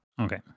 Okay